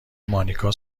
مانیکا